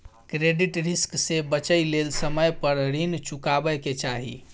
credit risk से बचइ लेल समय पर रीन चुकाबै के चाही